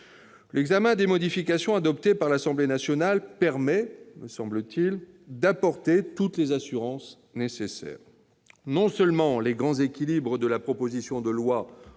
L'examen des modifications adoptées par l'Assemblée nationale permet, me semble-t-il, d'apporter toutes les assurances nécessaires. Non seulement les grands équilibres de la proposition de loi